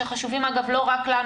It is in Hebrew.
שחשובים אגב לא רק לנו,